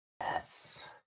Yes